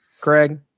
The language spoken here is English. Craig